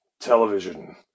television